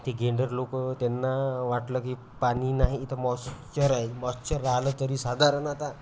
ते गेंडर लोकं त्यांना वाटलं की पाणी नाही इथं मॉश्चर आहे मॉश्चर राहिलं तरी साधारण आता